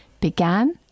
began